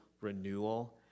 renewal